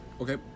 Okay